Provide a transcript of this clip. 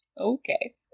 Okay